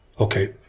okay